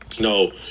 no